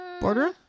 Border